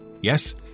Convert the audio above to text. Yes